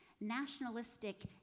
nationalistic